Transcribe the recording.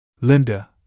Linda